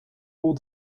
all